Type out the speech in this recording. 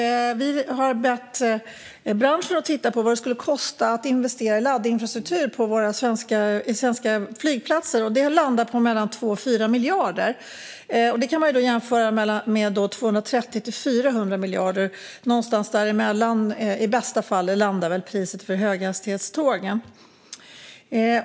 Vi har bett branschen att titta på vad det skulle kosta att investera i laddinfrastruktur på svenska flygplatser. Det landar på mellan 2 och 4 miljarder, vilket man kan jämföra med 230-400 miljarder - någonstans däremellan landar i bästa fall priset för höghastighetstågen.